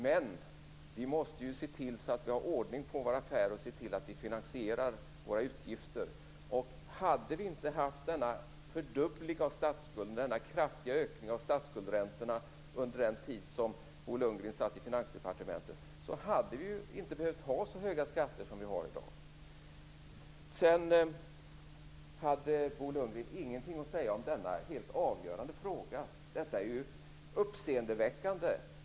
Men - vi måste ju se till att ha ordning på våra affärer och finansiera våra utgifter. Hade vi inte haft denna fördubbling av statsskulden, denna kraftiga ökning av statsskuldräntorna under den tid som Bo Lundgren satt i Finansdepartementet, hade vi inte behövt ha så höga skatter som vi har i dag. Sedan hade Bo Lundgren ingenting att säga om den helt avgörande fråga jag tog upp. Detta är ju uppseendeväckande!